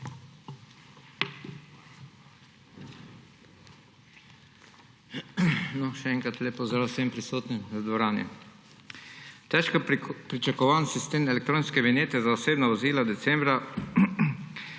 Še enkrat lep pozdrav vsem prisotnim v dvorani! Težko pričakovan sistem elektronske vinjete za osebna vozila decembra,